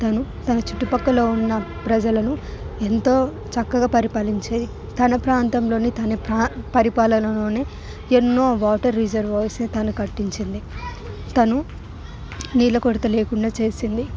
తాను తన చుట్టుపక్కల ఉన్న ప్రజలను ఎంతో చక్కగా పరిపాలించేది తన ప్రాంతంలోని తన పరిపాలన లోనే ఎన్నో వాటర్ రిజర్వాయర్స్ను తను కట్టించింది తను నీల కొరత లేకుండా చేసింది